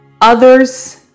others